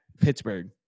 Pittsburgh